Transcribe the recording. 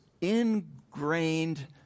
ingrained